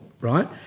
right